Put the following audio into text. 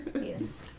Yes